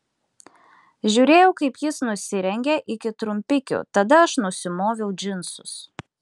žiūrėjau kaip jis nusirengia iki trumpikių tada aš nusimoviau džinsus